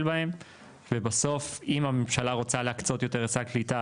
בהם ובסוף אם הממשלה רוצה להקצות יותר לסל קליטה,